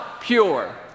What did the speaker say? pure